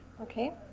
Okay